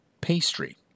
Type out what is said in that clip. pastry